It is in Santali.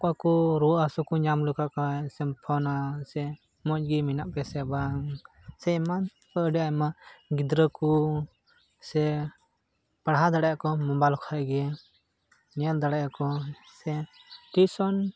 ᱚᱠᱚᱭ ᱠᱚ ᱨᱩᱣᱟᱹ ᱦᱟᱹᱥᱩ ᱠᱚ ᱧᱟᱢ ᱞᱮᱠᱚ ᱠᱷᱟᱡ ᱥᱮᱢ ᱯᱷᱳᱱᱟ ᱥᱮ ᱢᱚᱡᱽ ᱜᱮ ᱢᱮᱱᱟᱜ ᱯᱮᱭᱟ ᱥᱮ ᱵᱟᱝ ᱥᱮ ᱮᱢᱟᱱ ᱛᱮᱭᱟᱜ ᱟᱹᱰᱤ ᱟᱭᱢᱟ ᱜᱤᱫᱽᱨᱟᱹ ᱠᱚ ᱥᱮ ᱯᱟᱲᱦᱟᱣ ᱫᱟᱲᱮᱭᱟᱜᱼᱟ ᱠᱚ ᱢᱳᱵᱟᱭᱤᱞ ᱠᱷᱚᱡ ᱜᱮ ᱧᱮᱞ ᱫᱟᱲᱮ ᱠᱚᱣᱟᱢ ᱥᱮ ᱴᱤᱭᱩᱥᱚᱱ